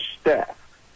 staff